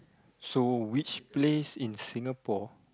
so which place in Singapore